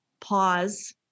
pause